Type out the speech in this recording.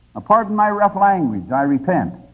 ah pardon my rough language i repent!